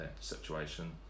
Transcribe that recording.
situation